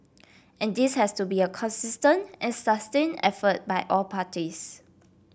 and this has to be a consistent and sustained effort by all parties